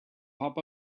pop